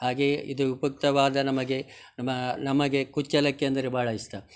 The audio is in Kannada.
ಹಾಗೆಯೇ ಇದು ಉಪ್ಯುಕ್ತವಾದ ನಮಗೆ ನಮಾ ನಮಗೆ ಕುಚ್ಚಲಕ್ಕಿ ಅಂದರೆ ಭಾಳ ಇಷ್ಟ